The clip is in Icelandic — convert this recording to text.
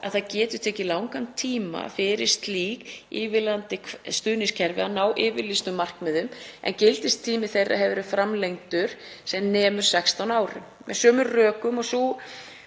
að það getur tekið langan tíma fyrir slík ívilnandi stuðningskerfi að ná yfirlýstum markmiðum, en gildistími þeirra hefur verið framlengdur sem nemur 16 árum. Með sömu rökum og sú